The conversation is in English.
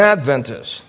Adventist